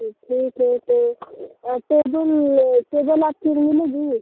तो ठीक है तो टेबल टेबल आपके लिए लगी है